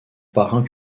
parrain